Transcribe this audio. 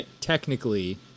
technically